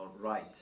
right